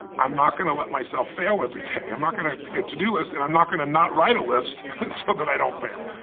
i'm not gonna let myself fail every day. i'm not gonna make a to do list and i'm not gonna not write a list so that i don't fail.